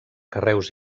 carreus